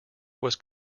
was